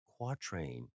quatrain